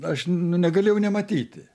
aš nu negalėjau nematyti